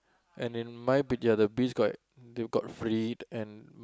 and then mine be the other bees got that got freed and